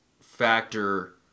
factor